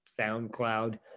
SoundCloud